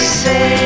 say